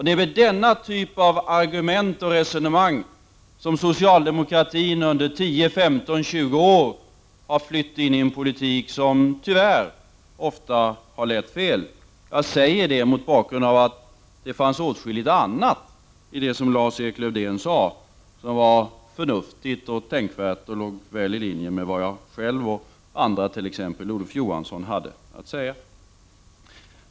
Det är med den typen av argument och resonemang som socialdemokratin under 15-20 år flytt in i en politik som tyvärr ofta har lett fel. Jag säger det mot bakgrund av att det fanns åtskilligt annat i vad Lars-Erik Lövdén sade som var förnuftigt och tänkvärt och låg väl i linje med vad jag själv och andra, t.ex. Olof Johansson, hade att säga.